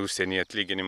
užsienyje atlyginimai